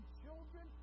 children